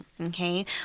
Okay